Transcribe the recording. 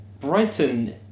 Brighton